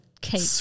cake